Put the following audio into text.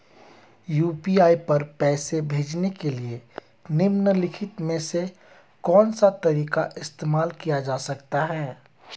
UPI पर पैसे भेजने के लिए निम्नलिखित में से कौन सा तरीका इस्तेमाल किया जा सकता है?